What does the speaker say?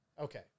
Okay